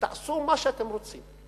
תעשו מה שאתם רוצים,